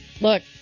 look